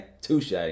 touche